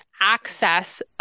access